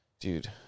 Dude